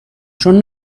چون